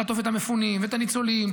ולעטוף את המפונים ואת הניצולים,